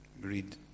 read